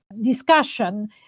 discussion